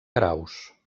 graus